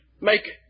make